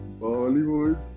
Bollywood